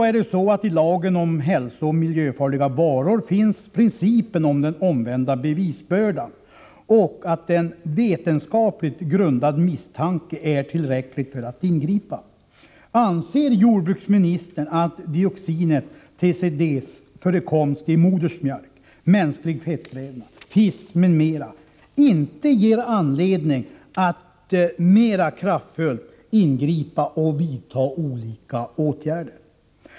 Vidare finns i lagen om hälsooch miljöfarliga varor principen om den omvända bevisbördan inskriven, och det heter att en ”vetenskapligt grundad misstanke” är tillräcklig anledning att ingripa. Anser jordbruksministern att dioxinet TCDD:s förekomst i modersmjölk, mänsklig fettvävnad, fisk m.m. inte utgör anledning att nu mera kraftfullt ingripa och vidta olika åtgärder?